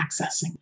accessing